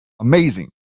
amazing